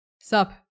Sup